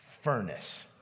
furnace